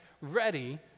ready